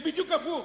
זה בדיוק הפוך.